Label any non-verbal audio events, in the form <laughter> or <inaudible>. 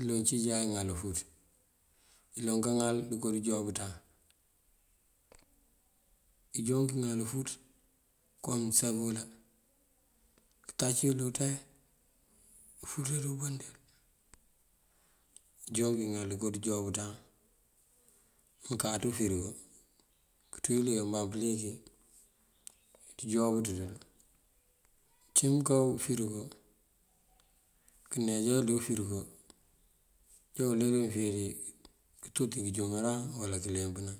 iloŋ cíjá uŋal ufúuţ, iloŋ kaŋal ndëko dëjuwáabëţan. Ijoonk uŋal ufúut kom mënsobela itac yul dí uţee ufúut. <unintelligible> Ijoonk uŋal ngëŋal ndëko dëjuwáabëţan mënkáţ ufërigo kënţú yul dí kabaŋ pëliki ndëjuwáab dël. Uncí mëmká fërigo, këneejan yël dí ufërigo joo uler wí umënfíir wí këtoti këjúŋëran wala këlempëna.